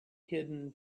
hidden